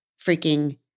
freaking